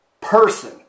person